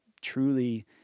truly